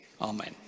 Amen